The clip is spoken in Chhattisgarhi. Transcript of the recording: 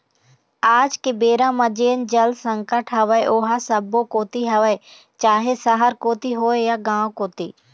आज के बेरा म जेन जल संकट हवय ओहा सब्बो कोती हवय चाहे सहर कोती होय या गाँव कोती